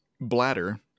bladder